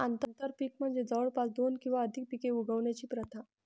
आंतरपीक म्हणजे जवळपास दोन किंवा अधिक पिके उगवण्याची प्रथा